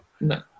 No